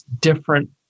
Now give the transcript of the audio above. different